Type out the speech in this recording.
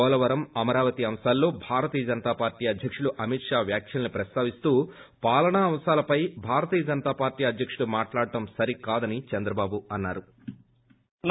పోలవరం అమేరాతి అంశాల్లో భాజపా అధ్యకుడు అమీత్ షా వ్యాఖ్యల్ని ప్రస్తావిస్తూ పాలనా అంశాలపై భారతీయ జనతా పార్టీ అధ్యకుడు మాట్లాడడం సరికాదని చంద్రబాబు అన్నారు